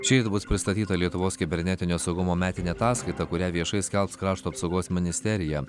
šįryt bus pristatyta lietuvos kibernetinio saugumo metinė ataskaita kurią viešai skelbs krašto apsaugos ministerija